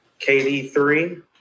kd3